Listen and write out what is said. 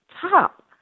top